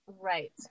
right